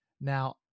Now